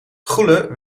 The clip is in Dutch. goele